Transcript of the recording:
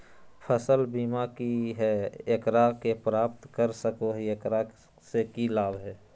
फसल बीमा की है, एकरा के प्राप्त कर सको है, एकरा से की लाभ है?